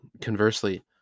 conversely